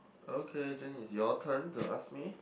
okay then it's your turn to ask me